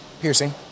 piercing